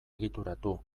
egituratu